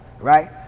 right